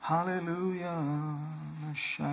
Hallelujah